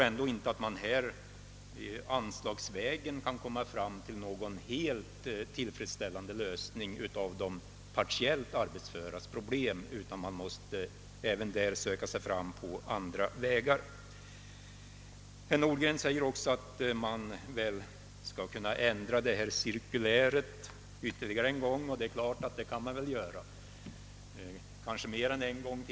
Anslagsvägen kan vi nog inte komma fram till någon helt tillfredsställande lösning på de partiellt arbetsföras problem. Där måste vi nog söka oss fram på andra vägar. Herr Nordgren sade vidare att man väl kan ändra på det cirkulär det här gäller. Ja, visst kan vi göra det. Vi kanske kan ändra det flera gånger.